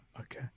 okay